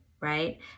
right